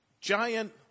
giant